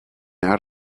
out